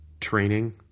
training